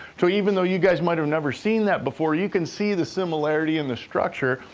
so, even though you guys might have never seen that before, you can see the similarity in the structure,